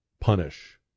punish